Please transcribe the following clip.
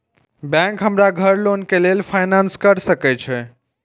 Bank हमरा घर loan के लेल फाईनांस कर सके छे?